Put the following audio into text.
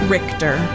Richter